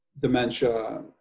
dementia